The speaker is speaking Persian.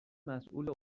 مسوول